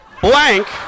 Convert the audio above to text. Blank